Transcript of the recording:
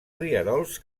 rierols